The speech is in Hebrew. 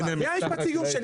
זה המשפט סיום שלי.